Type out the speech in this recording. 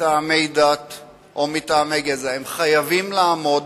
מטעמי דת או מטעמי גזע, מטעמי הומוגניות.